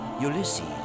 Ulysses